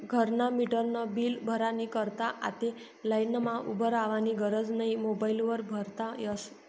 घरना मीटरनं बील भरानी करता आते लाईनमा उभं रावानी गरज नै मोबाईल वर भरता यस